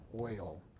oil